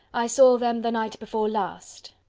i saw them the night before last.